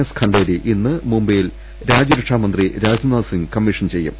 S Khanderi ഇന്ന് മുംബൈയിൽ രാജ്യരക്ഷാമന്ത്രി രാജ്നാഥ്സിങ് കമ്മീഷൻ ചെയ്യും